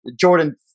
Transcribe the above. Jordan